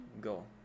Go